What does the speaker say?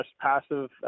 passive